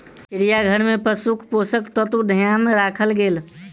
चिड़ियाघर में पशुक पोषक तत्वक ध्यान राखल गेल